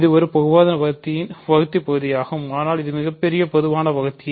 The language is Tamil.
இது ஒரு பொதுவான வகுத்தி பகுதியாகும் ஆனால் இது மிகப் பெரிய பொதுவான வகுத்தி